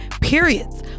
periods